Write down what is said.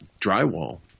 drywall